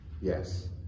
Yes